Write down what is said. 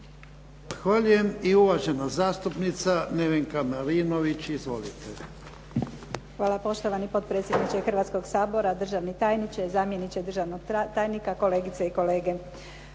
I uvažena zastupnica Nevenka Marinović. Izvolite. **Marinović, Nevenka (HDZ)** Hvala, poštovani potpredsjedniče Hrvatskoga sabora. Državni tajniče, zamjeniče državnog tajnika, kolegice i kolege.